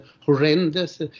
horrendous